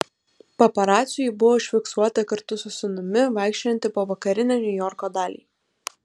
paparacių ji buvo užfiksuota kartu su sūnumi vaikščiojanti po vakarinę niujorko dalį